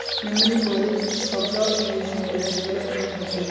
नंदिनी कोहले की सब ला निजी बैंक गलत नि होछे